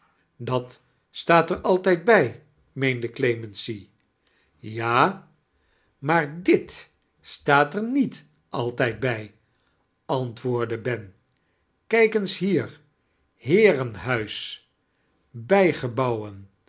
dat staat er altijd bij meemde clemency jo maar dit staat er niet altijd bij antwoordde ben kijk eens bier heerenhuis bijge'bouwein